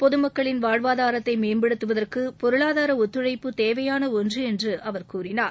பொது மக்களின் வாழ்வாதாரத்தை மேம்படுத்துவதற்கு பொருளாதார ஒத்துழைப்பு தேவையான ஒன்று என்று அவர் கூறினார்